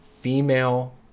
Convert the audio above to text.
Female